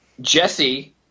Jesse